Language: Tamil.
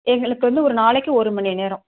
எங்களுக்கு வந்து ஒரு நாளைக்கு ஒரு மணி நேரம்